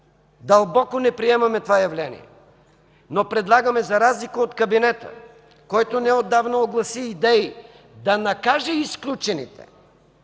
Дълбоко не приемаме това явление, но предлагаме за разлика от кабинета, който неотдавна огласи идеи да накаже изключените,